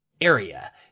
area